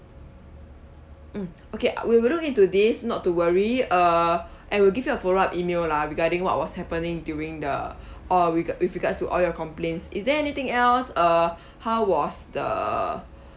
mm okay uh we will look into this not to worry uh and we'll give you a follow up E-mail lah regarding what was happening during the or with with regards to all your complaints is there anything else uh how was the